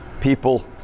people